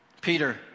Peter